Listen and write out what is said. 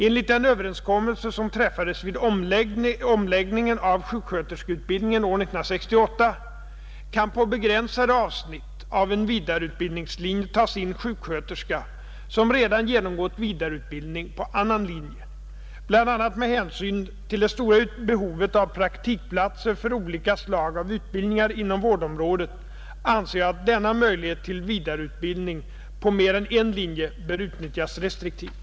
Enligt den överenskommelse som träffades vid omläggningen av sjuksköterskeutbildningen år 1968 kan på begränsade avsnitt av en vidareutbildningslinje tas in sjuksköterska, som redan genomgått vidareutbildning på annan linje. Bl.a. med hänsyn till det stora behovet av praktikplatser för olika slag av utbildningar inom vårdområdet anser jag att denna möjlighet till vidareutbildning på mer än en linje bör utnyttjas restriktivt.